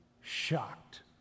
shocked